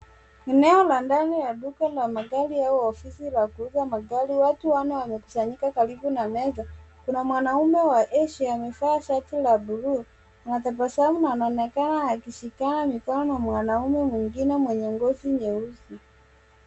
Eneo la ndani la duka la magari au ofisi la kuuza magari, watu wanne wamekusanyika karibu na meza, kuna mwanaume wa asia amevaa shati la buluu anatabasamu anaonekana akishikana mikono na mwanaume mwingine mwenye ngozi nyeusi.